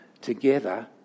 together